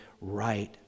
right